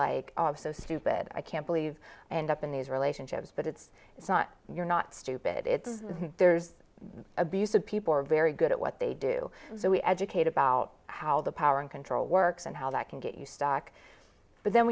like i'm so stupid i can't believe and up in these relationships but it's it's not you're not stupid it's there's abusive people are very good at what they do that we educate about how the power and control works and how that can get you stuck but then